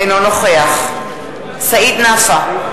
אינו נוכח סעיד נפאע,